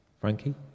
Frankie